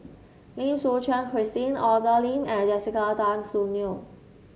Lim Suchen Christine Arthur Lim and Jessica Tan Soon Neo